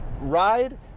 ride